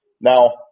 Now